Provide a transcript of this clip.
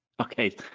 Okay